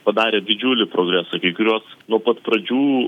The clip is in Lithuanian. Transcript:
padarė didžiulį progresą kai kurios nuo pat pradžių